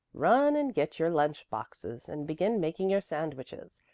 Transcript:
run and get your lunch boxes and begin making your sandwiches.